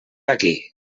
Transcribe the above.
aquí